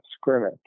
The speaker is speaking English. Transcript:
scrimmage